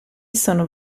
sono